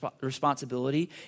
responsibility